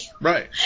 Right